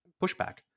pushback